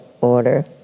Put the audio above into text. order